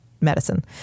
medicine